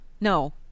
No